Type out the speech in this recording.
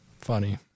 Funny